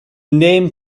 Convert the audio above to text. name